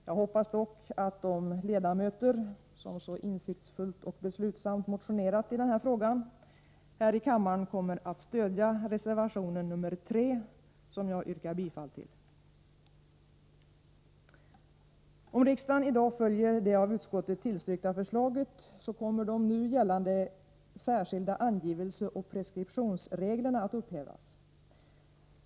Jag hoppas dock att de ledamöter som så insiktsfullt och beslutsamt motionerat i denna fråga här i kammaren kommer att stödja reservation nr 3, som jag yrkar bifall till. Om riksdagen i dag följer det av utskottet tillstyrkta förslaget, kommer de nu gällande särskilda angivelseoch preskriptionsreglerna att upphävas.